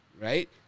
right